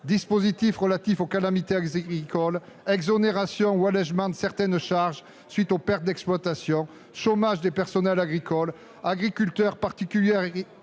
dispositif relatif aux calamités agricoles, exonération ou allégement de certaines charges à la suite des pertes d'exploitation, chômage des personnels agricoles : agriculteurs, particuliers